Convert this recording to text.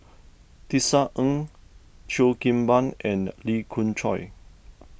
Tisa Ng Cheo Kim Ban and Lee Khoon Choy